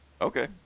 okay